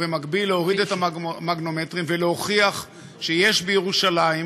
ובמקביל להוריד את המגנומטרים ולהוכיח שיש בירושלים,